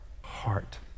heart